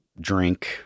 drink